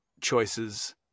choices